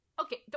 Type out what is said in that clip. Okay